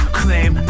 claim